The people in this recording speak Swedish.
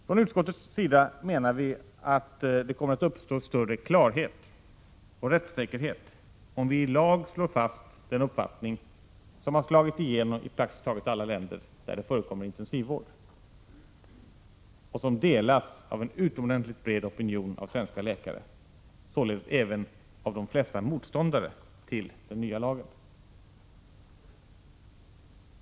Från utskottets sida menar vi att det kommer att uppstå större klarhet och rättssäkerhet om vi i lag slår fast den uppfattning, som slagit igenom i praktiskt taget alla länder där det förekommer intensivvård och som delas av en utomordentligt bred opinion av svenska läkare — således även av de flesta motståndare till den nya lagen.